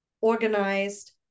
organized